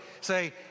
Say